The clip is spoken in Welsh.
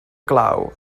glaw